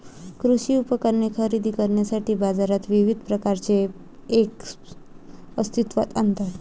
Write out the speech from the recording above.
कृषी उपकरणे खरेदी करण्यासाठी बाजारात विविध प्रकारचे ऐप्स अस्तित्त्वात आहेत